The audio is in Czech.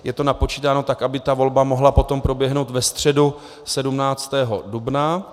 Je to napočítáno tak, aby ta volba mohla potom proběhnout ve středu 17. dubna.